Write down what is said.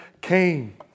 came